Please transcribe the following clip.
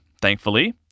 thankfully